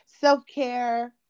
self-care